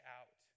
out